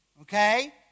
Okay